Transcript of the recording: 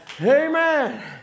Amen